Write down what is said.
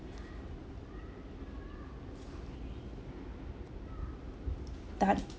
done